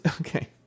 Okay